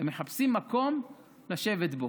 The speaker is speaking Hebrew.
הם מחפשים מקום לשבת בו.